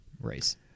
race